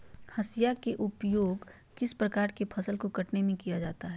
हाशिया का उपयोग किस प्रकार के फसल को कटने में किया जाता है?